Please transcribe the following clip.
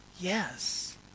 Yes